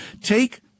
take